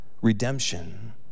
redemption